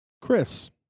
Chris